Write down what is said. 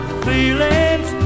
feelings